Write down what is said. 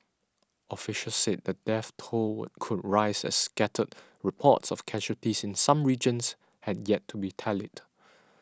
officials said the death toll could rise as scattered reports of casualties in some regions had yet to be tallied